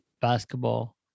basketball